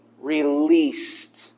released